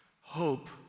Hope